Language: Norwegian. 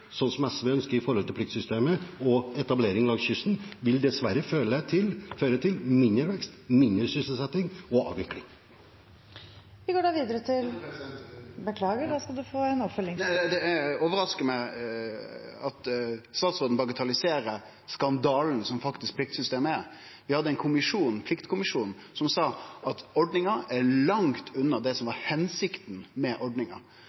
SV ønsker, når det gjelder pliktsystemet og etablering langs kysten, vil dessverre føre til mindre vekst, mindre sysselsetting og avvikling. Torgeir Knag Fylkesnes – til oppfølgingsspørsmål. Det overraskar meg at statsråden bagatelliserer skandalen som pliktsystemet faktisk er. Vi hadde ein pliktkommisjon som sa at ordninga er langt unna det som var hensikta med ordninga.